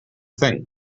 think